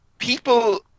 People